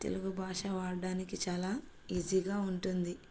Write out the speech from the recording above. తెలుగు భాష వాడడానికి చాలా ఈజీగా ఉంటుంది